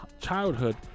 childhood